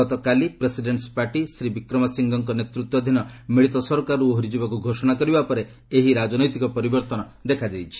ଗତକାଲି president's party Shri ବିକ୍ରମାସିଙ୍ଘେଙ୍କ ନେତୃତ୍ୱାଧୀନ ମିଳିତ ସରକାରରୁ ଓହରିଯିବାକୁ ଘୋଷଣା କରିବା ପରେ ଏହି ରାଜନୈତିକ ପରିବର୍ତ୍ତନ ଦେଖାଦେଇଛି